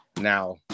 Now